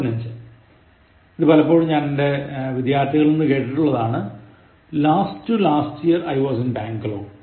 15 ഇതും പലപ്പോഴും ഞാൻ എന്റെ വിദ്യാർഥികളിൽ നിന്ന് കേട്ടിട്ടുള്ളതാണ് Last to last year I was in Bangalore